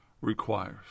requires